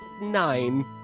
Nine